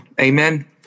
amen